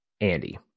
Andy